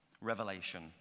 revelation